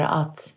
att